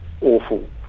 awful